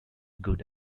good